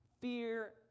Fear